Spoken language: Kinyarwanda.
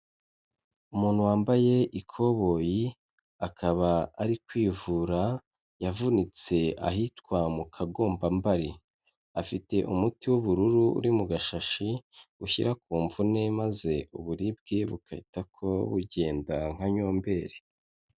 Umuntu wambaye ikoboyi, akaba ari kwivura, yavunitse ahitwa mu kagombabari, afite umuti w'ubururu uri mu gashashi, ushyira ku mvune maze uburibwe bukahita ko bugenda nka nyomberi.